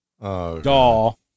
Doll